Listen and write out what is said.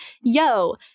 yo